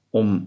om